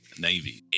Navy